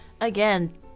Again